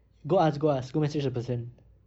go ask go ask go message the person